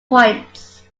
points